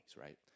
right